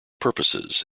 purposes